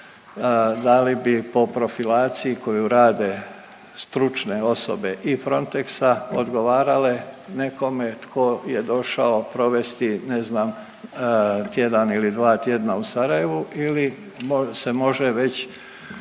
da li bi po profilaciji koju rade stručne osobe iz Frontexa odgovarale nekome tko je došao provesti, ne znam, tjedan ili 2 tjedna u Sarajevu ili se može već